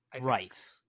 Right